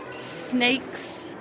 snakes